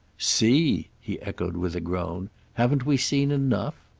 see? he echoed with a groan. haven't we seen enough?